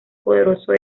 poderoso